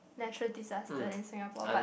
natural disaster in Singapore but